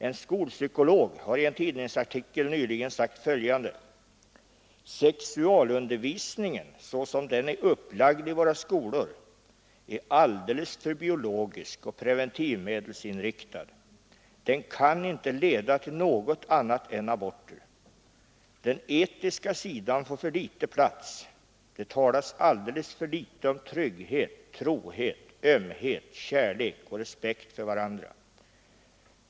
En skolpsykolog har i en tidningsartikel nyligen sagt följande: ”Sexualundervisningen så som den är upplagd i våra skolor är alldeles för biologisk och preventivmedelsinriktad. Den kan inte leda till något annat än aborter. Den etiska sidan får för litet plats. Det talas alldeles för litet om trygghet, trohet, ömhet, kärlek och respekt för varandra.